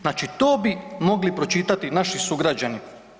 Znači to bi mogli pročitati naši sugrađani.